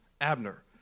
Abner